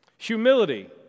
humility